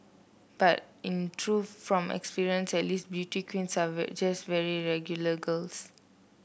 but in truth from my experience at least beauty queens are just very regular girls